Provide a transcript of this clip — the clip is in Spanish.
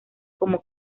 como